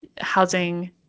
housing